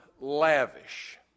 lavish